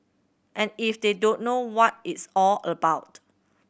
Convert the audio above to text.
and if they don't know what it's all about